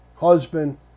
Husband